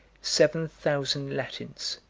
seven thousand latins,